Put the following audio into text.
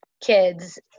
kids